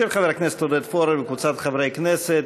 של חבר הכנסת עודד פורר וקבוצת חברי הכנסת,